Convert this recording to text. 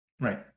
Right